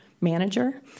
manager